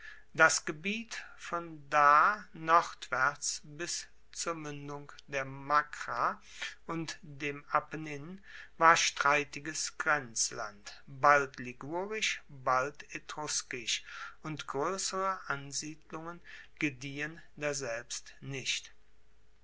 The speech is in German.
das gebiet von da nordwaerts bis zur muendung der macra und dem apennin war streitiges grenzland bald ligurisch bald etruskisch und groessere ansiedlungen gediehen deshalb daselbst nicht